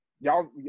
y'all